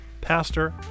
pastor